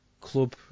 Club